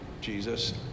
Jesus